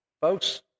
Folks